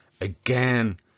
again